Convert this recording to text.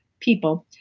people,